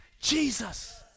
Jesus